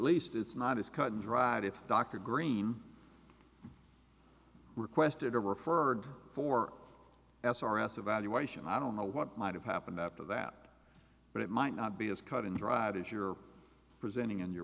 least it's not as cut and dried if dr green requested or referred for s r s evaluation i don't know what might have happened after that but it might not be as cut and dried as you're presenting in you